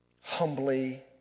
humbly